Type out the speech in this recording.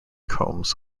combs